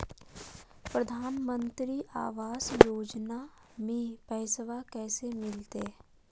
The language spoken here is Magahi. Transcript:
प्रधानमंत्री आवास योजना में पैसबा कैसे मिलते?